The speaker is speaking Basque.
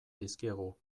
dizkiegu